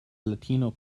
latino